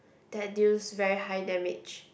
that deals very high damage